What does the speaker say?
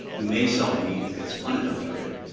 you may sell the meat if it's unadulterated.